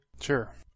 Sure